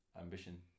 ambition